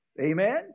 Amen